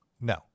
No